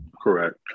Correct